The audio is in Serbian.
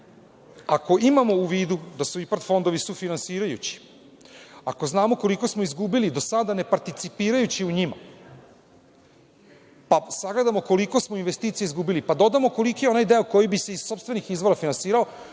Ako imamo u vidu da su IPARD fondovi sufinansirajući, ako znamo koliko smo izgubili do sada ne participirajući u njima, pa sagledamo koliko smo investicija izgubili, pa dodamo koliki je onaj deo koji bi se iz sopstvenih izvora finansirao,